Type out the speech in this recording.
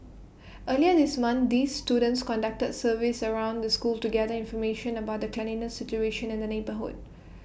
earlier this month these students conducted surveys around the school to gather information about the cleanliness situation in the neighbourhood